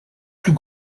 plus